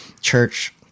church